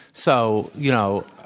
so, you know,